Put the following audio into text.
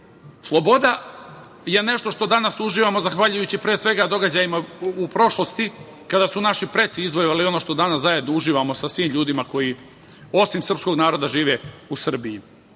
Sloboda je nešto što danas uživamo, zahvaljujući, pre svega, događajima u prošlosti, kada su naši preci izvojevali ono što danas zajedno uživamo sa svim ljudima koji, osim srpskog naroda, žive u Srbiji.